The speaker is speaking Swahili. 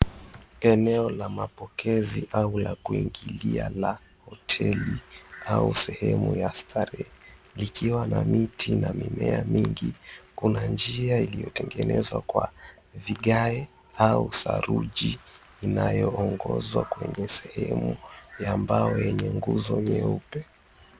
Eneo la mapokezi au la kuingilia la hoteli au sehemu ya starehe likiwa na miti na mimea mingi. Kuna njia iliotengenezwa kwa vigae au saruji inayoongozwa kwenye sehemu ya mbao yenye nguzo nyeupe.